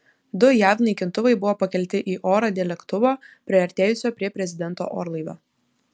du jav naikintuvai buvo pakelti į orą dėl lėktuvo priartėjusio prie prezidento orlaivio